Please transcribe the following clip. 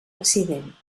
accident